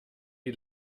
die